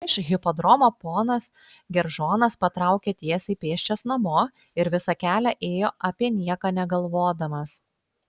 iš hipodromo ponas geržonas patraukė tiesiai pėsčias namo ir visą kelią ėjo apie nieką negalvodamas